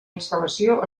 instal·lació